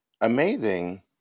amazing